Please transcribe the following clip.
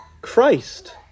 Christ